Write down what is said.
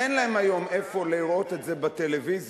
אין להם היום איפה לראות את זה בטלוויזיה,